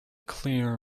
clear